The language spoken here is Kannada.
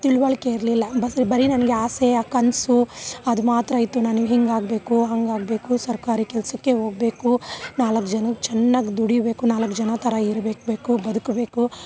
ತಿಳುವಳ್ಕೆ ಇರಲಿಲ್ಲ ಬಸ್ ಬರೀ ನನಗೆ ಆಸೆ ಆ ಕನಸು ಅದು ಮಾತ್ರ ಇತ್ತು ನನಗೆ ಹೀಗಾಗ್ಬೇಕು ಹಾಗಾಗ್ಬೇಕು ಸರ್ಕಾರಿ ಕೆಲಸಕ್ಕೇ ಹೋಗ್ಬೇಕು ನಾಲ್ಕು ಜನಕ್ಕೆ ಚೆನ್ನಾಗಿ ದುಡೀಬೇಕು ನಾಲ್ಕು ಜನರ ಥರ ಇರಬೇಕು ಬದುಕಬೇಕು